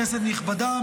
כנסת נכבדה,